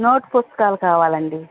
note పుస్తకాలు కావాలండి